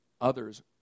Others